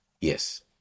Yes